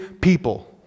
people